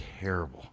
terrible